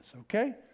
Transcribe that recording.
Okay